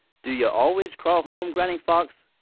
do yo' always crawl home, granny fox?